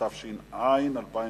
התש"ע 2010,